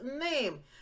name